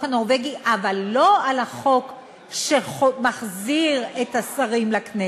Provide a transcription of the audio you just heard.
אבל האם לשם כך הכנסת